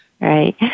Right